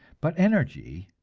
but energy,